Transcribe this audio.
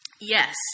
Yes